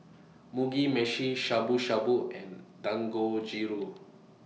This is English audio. Mugi Meshi Shabu Shabu and Dangojiru